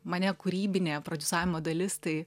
mane kūrybinė prodiusavimo dalis tai